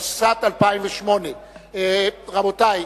התשס"ט 2008. רבותי,